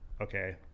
okay